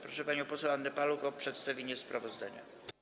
Proszę panią poseł Annę Paluch o przedstawienie sprawozdania.